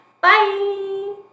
Bye